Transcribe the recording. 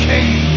King